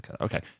Okay